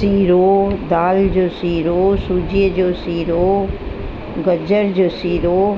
सीरो दाल जो सीरो सूजीअ जो सीरो गजर जो सीरो